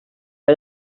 hay